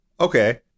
Okay